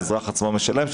האזרח עצמו משלם,